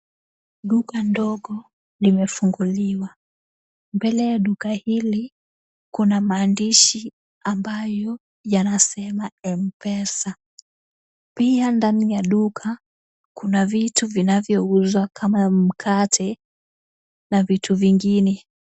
Duka ndogo limefunguliwa. Mbele ya duka hili kuna maandishi, ambayo yanasema M-pesa. Pia ndani ya duka kuna vitu vinavyouzwa kama mkate na vitu vingine.